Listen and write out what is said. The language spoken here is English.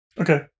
Okay